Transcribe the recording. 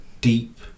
deep